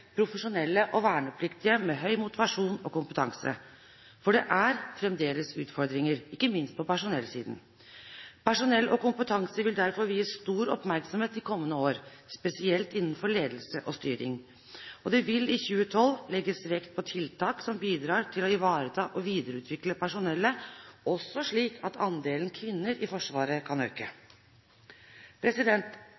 profesjonelle og vernepliktige med høy motivasjon og kompetanse – for det er fremdeles utfordringer, ikke minst på personellsiden. Personell og kompetanse vil derfor bli viet stor oppmerksomhet de kommende år, spesielt innenfor ledelse og styring. Det vil i 2012 legges vekt på tiltak som bidrar til å ivareta og videreutvikle personellet, også slik at andelen kvinner i Forsvaret kan øke.